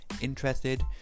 interested